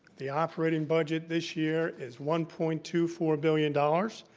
the operating budget this year is one point two four billion dollars,